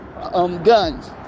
guns